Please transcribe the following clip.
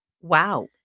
Wow